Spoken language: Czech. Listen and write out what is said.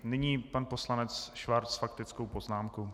Nyní pan poslanec Schwarz s faktickou poznámkou.